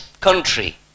country